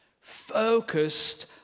focused